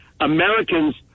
Americans